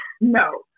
No